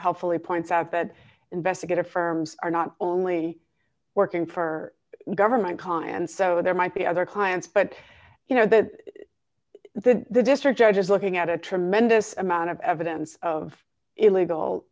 helpfully points out that investigator firms are not only working for government con and so there might be other clients but you know that the the district judge is looking at a tremendous amount of evidence of illegal